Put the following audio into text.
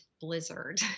blizzard